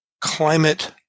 climate